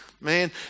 Man